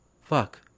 Fuck